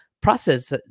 process